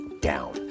down